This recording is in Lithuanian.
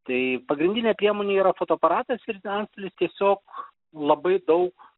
tai pagrindinė priemonė yra fotoparatas ir antstolis tiesiog labai daug